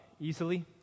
easily